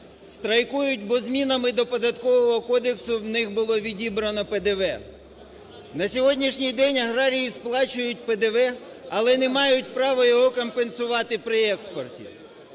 Страйкують, бо змінами до Податкового кодексу у них відібрано ПДВ. На сьогоднішній день аграрії сплачують ПДВ, але не мають права його компенсувати при експорті.